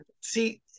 See